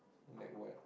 like what